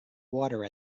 water